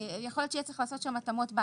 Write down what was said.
יכול להיות שבעתיד יהיה צריך לעשות התאמות אבל